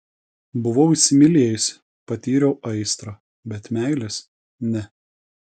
buvau įsimylėjusi patyriau aistrą bet meilės ne